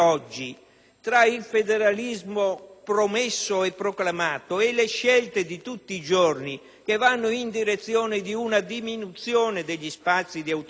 tra il federalismo promesso e proclamato e le scelte di tutti i giorni, che vanno in direzione di una diminuzione degli spazi di autonomia